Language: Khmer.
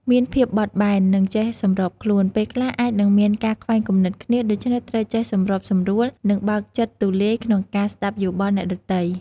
មានភាពបត់បែន និងចេះសម្របខ្លួន ពេលខ្លះអាចនឹងមានការខ្វែងគំនិតគ្នា ដូច្នេះត្រូវចេះសម្របសម្រួល និងបើកចិត្តទូលាយក្នុងការស្តាប់យោបល់អ្នកដទៃ។